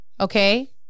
okay